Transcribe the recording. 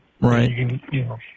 right